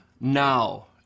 now